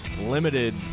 limited